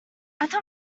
thought